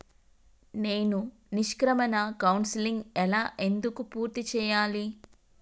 నేను నిష్క్రమణ కౌన్సెలింగ్ ఎలా ఎందుకు పూర్తి చేయాలి?